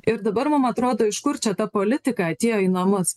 ir dabar mum atrodo iš kur čia ta politika atėjo į namus